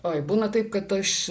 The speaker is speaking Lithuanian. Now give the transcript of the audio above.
oi būna taip kad aš